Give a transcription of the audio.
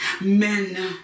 Men